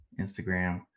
Instagram